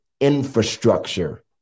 infrastructure